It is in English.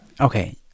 Okay